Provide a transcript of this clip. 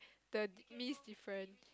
the mee is different